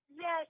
Yes